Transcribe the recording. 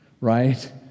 right